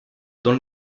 dans